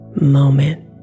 moment